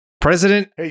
President